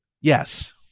Yes